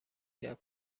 کرد